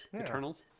Eternals